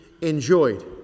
enjoyed